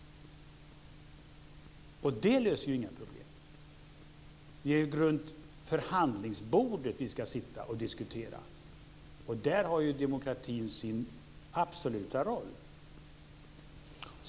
Det löser inga problem. Det är runt förhandlingsbordet vi ska sitta och diskutera. Där har demokratin sin absoluta roll.